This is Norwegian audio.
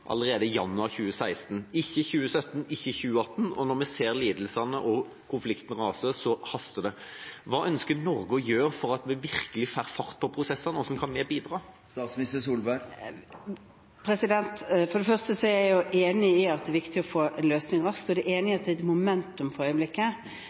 allerede i januar 2016 – ikke i 2017, ikke i 2018. Og når vi ser lidelsene og konflikten som raser, haster det. Hva ønsker Norge å gjøre for at vi virkelig får fart på prosessene? Hvordan kan vi bidra? For det første er jeg enig i at det er viktig å få løsninger raskt, og jeg er enig i at det er et «momentum» for øyeblikket.